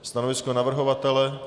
Stanovisko navrhovatele.